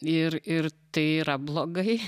ir ir tai yra blogai